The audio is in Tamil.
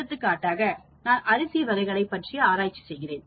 எடுத்துக்காட்டாக நான் அரிசி வகைகளை பற்றிய ஆராய்ச்சி செய்கிறேன்